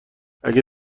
اگه